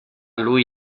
lui